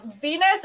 Venus